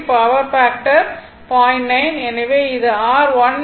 எனவே இது r 1